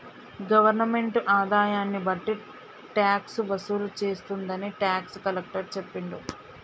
government ఆదాయాన్ని బట్టి tax వసూలు చేస్తుందని టాక్స్ కలెక్టర్ చెప్పిండు